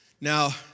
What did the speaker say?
Now